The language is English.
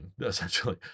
Essentially